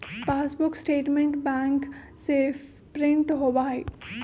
passbook statement bank से print होबा हई